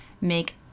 make